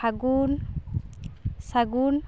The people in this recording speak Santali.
ᱯᱷᱟᱜᱩᱱ ᱥᱟᱜᱩᱱ